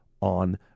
on